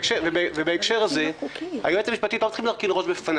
בהקשר הזה, לא צריך להרכין ראש בפני